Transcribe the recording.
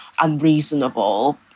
unreasonable